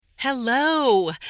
Hello